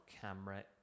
camera